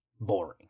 boring